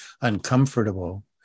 uncomfortable